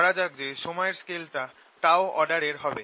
ধরা যাক যে সময়ের স্কেলটা অর্ডারের হবে